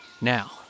Now